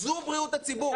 זו בריאות הציבור.